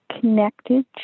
connected